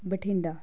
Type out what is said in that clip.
Bathinda